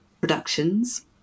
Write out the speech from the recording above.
Productions